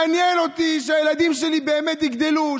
מעניין אותי שהילדים שלי באמת יגדלו,